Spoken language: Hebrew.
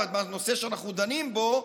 בנושא שאנחנו דנים בו,